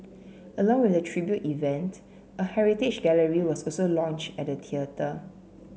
along with the tribute event a heritage gallery was also launched at the theatre